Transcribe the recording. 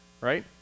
right